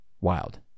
Wild